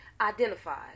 Identified